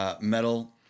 metal